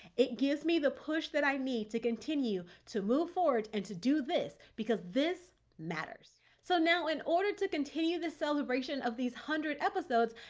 it gives me the push that i need to continue to move forward and to do this because this matters. so now in order to continue the celebration of these hundred episodes,